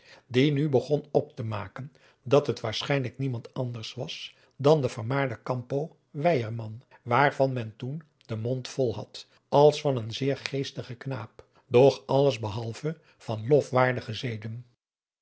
die nu begon op te maken dat het waarschijnlijk niemand anders was dan de vermaarde campo weyerman waarvan men toen den mond vol had als van een zeer geestigen knaap doch alles behalve van lofwaardige